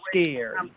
scared